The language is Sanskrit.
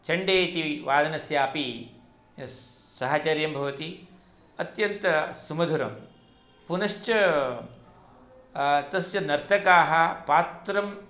चण्डे इति वादनस्यापि सहचर्यं भवति अत्यन्तसुमधुरं पुनश्च तस्य नर्तकाः पात्रं